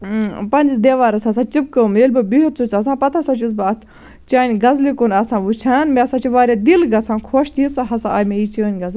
پَنٛنِس دٮ۪وارَس ہَسا چِپکٲم ییٚلہِ بہٕ بِہِتھ چھُس آسان پَتہٕ ہَسا چھُس بہٕ اَتھ چانہِ غزلہِ کُن آسان وٕچھان مےٚ ہَسا چھُ واریاہ دِل گَژھان خۄش تیٖژاہ ہَسا آیہِ مےٚ یہِ چٲنۍ غزلہٕ